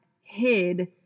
hid –